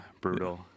brutal